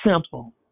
simple